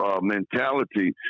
mentality